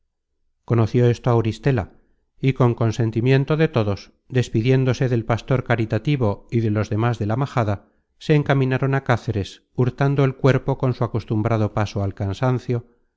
conoció esto auristela y con consentimiento de todos despidiéndose del pastor caritativo y de los demas de la majada se encaminaron á cáceres hurtando el cuerpo con su acostumbrado paso al cansancio